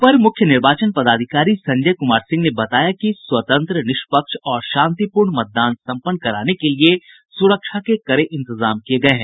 अपर मुख्य निर्वाचन पदाधिकारी संजय कुमार सिंह ने बताया कि स्वतंत्र निष्पक्ष और शांतिपूर्ण मतदान सम्पन्न कराने के लिये सुरक्षा के कड़े इंतजाम किये गये हैं